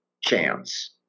chance